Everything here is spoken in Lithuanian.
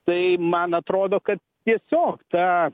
tai man atrodo kad tiesiog ta